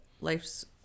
life's